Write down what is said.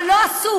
אבל לא עשו.